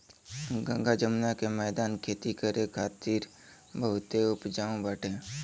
गंगा जमुना के मौदान खेती करे खातिर बहुते उपजाऊ बाटे